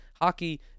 hockey